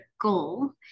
goal